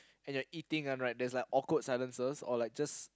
and you're eating and right there's like awkward silences or like just